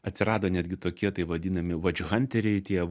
atsirado netgi tokie taip vadinami vač hanteriai tie